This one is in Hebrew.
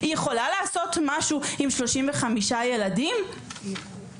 היא לא יכולה לעשות הרבה כשיש לה 35 ילדים באחריותה.